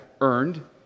earned